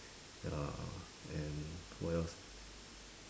ya and what else